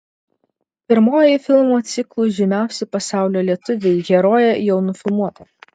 pirmoji filmų ciklo žymiausi pasaulio lietuviai herojė jau nufilmuota